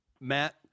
matt